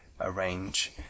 arrange